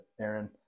Aaron